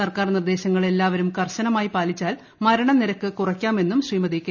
സർക്കാർ നിർദ്ദേശങ്ങൾ എല്ലാവരും കർശനമായി പാലിച്ചാൽ മരണനിരക്ക് കുറയ്ക്കാമെന്നും ് ശ്രീമതി കെ